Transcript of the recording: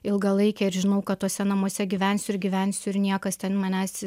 ilgalaikę ir žinau kad tuose namuose gyvensiu ir gyvensiu ir niekas ten manęs